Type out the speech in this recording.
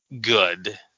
good